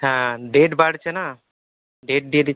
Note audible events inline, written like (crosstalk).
হ্যাঁ ডেট বাড়ছে না ডেট দিয়ে (unintelligible)